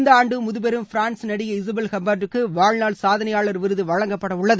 இந்த ஆண்டு முதபெரும் பிரான்ஸ் நடிகை இசபல் ஹப்பார்ட்டுக்கு வாழ்நாள் சாதனையாளர் விருது வழங்கப்படவுள்ளது